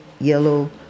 yellow